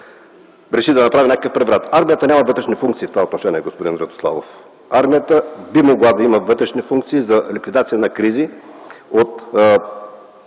реши да направи някакъв преврат. Армията няма вътрешни функции в това отношение, господин Радославов. Армията би могла да има вътрешни функции за ликвидация на кризи от